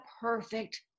perfect